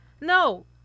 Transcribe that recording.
No